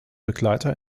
begleiter